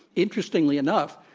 interestingly enough,